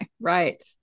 Right